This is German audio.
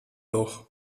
loch